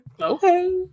Okay